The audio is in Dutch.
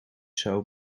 zou